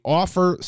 offer